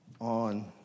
on